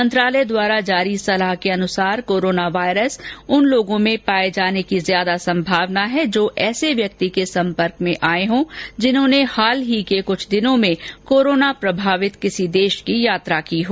मंत्रालय द्वारा जारी सलाह के अनुसार कोरोना वाइरस उन लोगों में पाए जाने की ज्यादा संभावना है जो ऐसे व्यक्ति के सम्पर्क में आए हों जिन्होंने हाल ही के कुछ दिनों में कोरोना प्रभावित किसी देश की यात्रा की हो